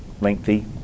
lengthy